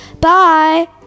Bye